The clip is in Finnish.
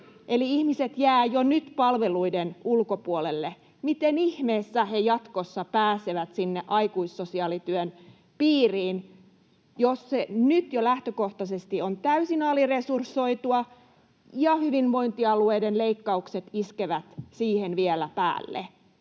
Eli ihmiset jäävät jo nyt palveluiden ulkopuolelle. Miten ihmeessä he jatkossa pääsevät sinne aikuissosiaalityön piiriin, jos se nyt jo lähtökohtaisesti on täysin aliresursoitua ja hyvinvointialueiden leikkaukset iskevät siihen vielä päälle?